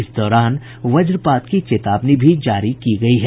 इस दौरान वज्रपात की चेतावनी भी जारी की गयी है